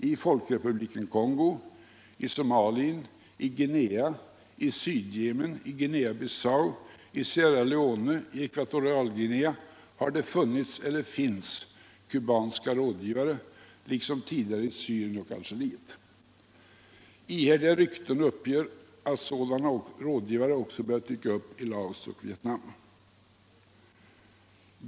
I folkrepubliken Kongo, i Somalia, i Guinea, I Sydjemen, i Guinea-Bissau, i Sierra Leone och i Ekvatorialguinca har det funnits eller finns kubanska rådgivare, liksom tidigare I Syrien och Algeriet. Ihärdiga rykten uppger att sådana rådgivare också börjat dyka upp i Laos och Vietnam.